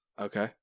Okay